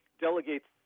delegates